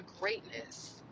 greatness